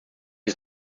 ist